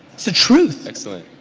it's the truth. excellent.